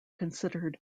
considered